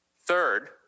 Third